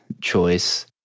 choice